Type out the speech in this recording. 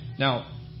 Now